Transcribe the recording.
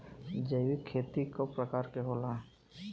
जैविक खेती कव प्रकार के होला?